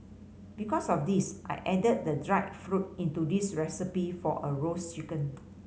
because of this I added the dried fruit into this recipe for a roast chicken